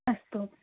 अस्तु